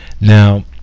Now